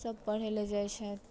सभ पढ़य लेल जाइत छथि